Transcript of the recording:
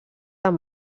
amb